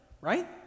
right